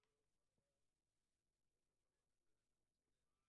לפתוח את ישיבת